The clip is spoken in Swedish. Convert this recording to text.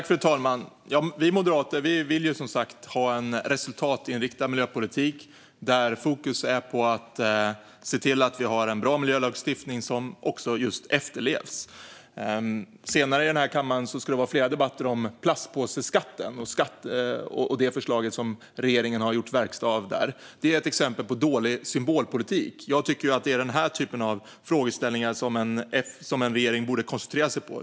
Fru talman! Vi moderater vill som sagt ha en resultatinriktad miljöpolitik där fokus är på att se till att vi har en bra miljölagstiftning som också efterlevs. Senare här i kammaren ska man ha en debatt om flera interpellationer om plastpåseskatten och det förslag som regeringen gjort verkstad av där. Det är ett exempel på dålig symbolpolitik. Jag tycker att det är den här typen av frågeställningar som en regering borde koncentrera sig på.